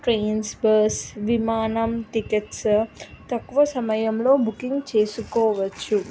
trains bus విమానం tickets తక్కువ సమయంలో బుకింగ్ చేసుకోవచ్చు